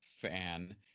fan